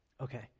Okay